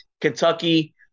Kentucky